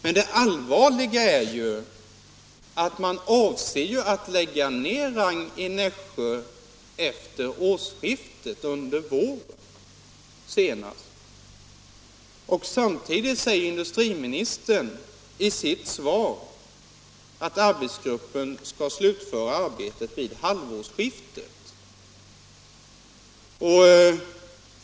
Men det allvarliga är att man avser att lägga ner Rang i Nässjö efter årsskiftet eller under våren. Samtidigt säger industriministern i sitt svar att arbetsgruppen skall slutföra arbetet vid halvårsskiftet.